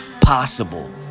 possible